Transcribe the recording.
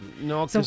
No